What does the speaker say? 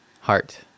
Heart